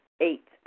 Eight